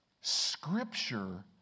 Scripture